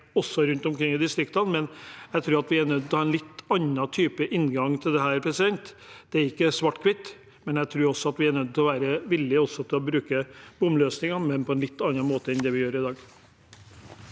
også rundt omkring i distriktene, men jeg tror at vi er nødt til å ha en litt annen type inngang til dette. Det er ikke svart-hvitt. Jeg tror at vi er nødt til å være villige til også å bruke bomløsninger, men på en litt annen måte enn det vi gjør i dag.